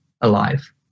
alive